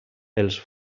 els